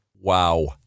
wow